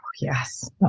Yes